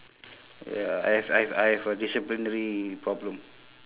ya I have I have I have a disciplinary problem